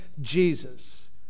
Jesus